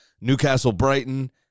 Newcastle-Brighton